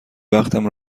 وقتم